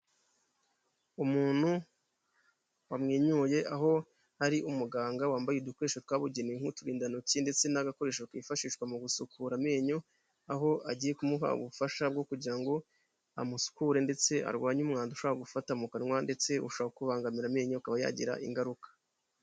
Umuntu wamwenyuye aho ari umuganga wambaye udukoresho twabugenewe nk'uturindantoki ndetse n'agakoresho kifashishwa mu gusukura amenyo, aho agiye kumuha ubufasha bwo kugira ngo amusukure ndetse arwanye umwanda ushobora gufata mu kanwa ndetse ushobora kubangamira amenyo akaba yagira ingaruka.